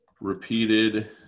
repeated